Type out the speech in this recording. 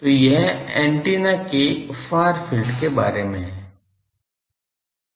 तो यह एंटीना के फार फील्ड के बारे में है